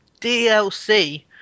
DLC